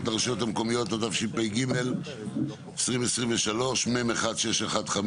הרשויות המקומיות התשפ"ג 2023 מ/1615,